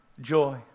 joy